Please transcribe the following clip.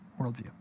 worldview